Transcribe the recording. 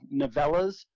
novellas